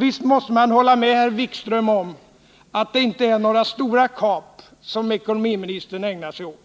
Visst måste man hålla med herr Wikström om att det inte är några stora kap som ekonomiministern ägnar sig åt.